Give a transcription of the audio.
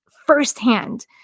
firsthand